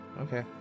Okay